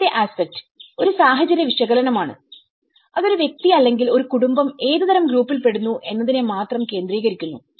മൂന്നാമത്തെ ആസ്പെക്ട് ഒരു സാഹചര്യ വിശകലനം ആണ് അത് ഒരു വ്യക്തി അല്ലെങ്കിൽ ഒരു കുടുംബം ഏതുതരം ഗ്രൂപ്പിൽ പെടുന്നു എന്നതിനെ മാത്രം കേന്ദ്രീകരിക്കുന്നു